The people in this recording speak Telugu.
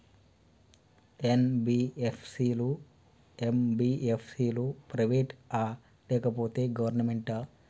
ఎన్.బి.ఎఫ్.సి లు, ఎం.బి.ఎఫ్.సి లు ప్రైవేట్ ఆ లేకపోతే గవర్నమెంటా?